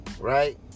right